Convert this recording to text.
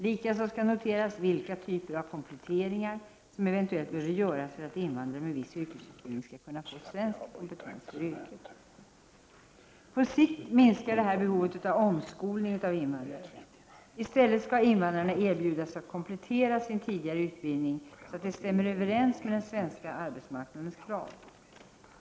Likaså skall noteras vilka typer av kompletteringar som eventuellt behöver göras för att invandrare med viss yrkesutbildning skall kunna få svensk kompetens för yrket. På sikt minskar detta behovet av omskolning av invandrare. I stället skall invandrarna erbjudas att komplettera sin tidigare utbildning, så att den stämmer överens med den svenska arbetsmarknadens krav.